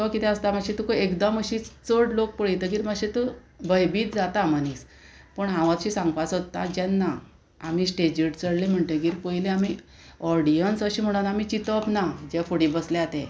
तो कितें आसता मात्शें तुका एकदम अशें चड लोक पळयतकीर मातशें तूं भयबीत जाता मनीस पूण हांव अशें सांगपाक सोदतां जेन्ना आमी स्टेजीर चडलें म्हणटगीर पयलीं आमी ऑडियन्स अशें म्हणोन आमी चिंतप ना जे फुडें बसल्या ते